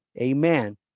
Amen